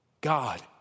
God